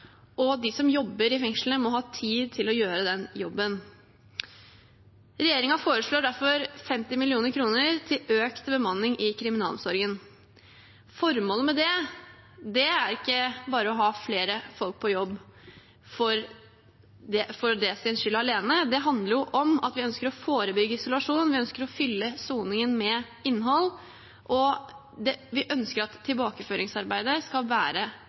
og de som jobber i fengslene, må ha tid til å gjøre den jobben. Regjeringen foreslår derfor 50 mill. kr til økt bemanning i kriminalomsorgen. Formålet med det er ikke bare å ha flere folk på jobb – for det sin skyld alene. Det handler om at vi ønsker å forebygge isolasjon. Vi ønsker å fylle soningen med innhold, og vi ønsker at tilbakeføringsarbeidet skal være